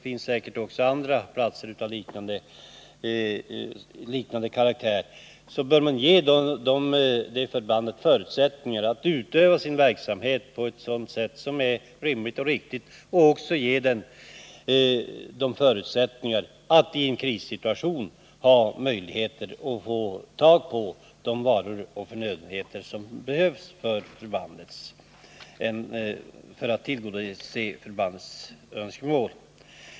Det finns säkerligen också andra platser med liknande verksamhet, och förbandet bör ges rimliga och riktiga förutsättningar att bedriva sin verksamhet, så att det har förutsättningar att också i en krigssituation få tag på de varor och förnödenheter som behövs för att förbandets önskemål skall kunna tillgodoses.